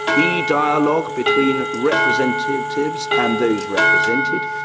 yeah e-dialogue between representatives and those represented,